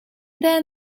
then